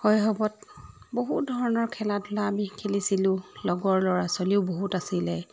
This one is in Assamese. শৈশৱত বহুত ধৰণৰ খেলা ধূলা আমি খেলিছিলোঁ লগৰ ল'ৰা ছোৱালীও বহুত আছিলে